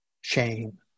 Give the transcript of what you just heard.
shame